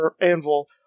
Anvil